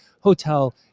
Hotel